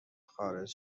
خارج